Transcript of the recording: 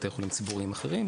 בתי חולים ציבוריים אחרים,